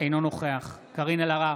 אינו נוכח קארין אלהרר,